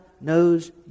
knows